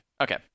okay